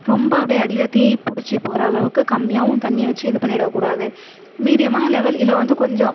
ரொம்ப அப்படியே அடியில் தீ பிடிச்சி போகிற அளவுக்கு கம்மியாகவும் தண்ணி வச்சி இது பண்ணிடக்கூடாது மீடியமாக லெவல் இல்லை வந்து கொஞ்சம்